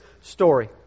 story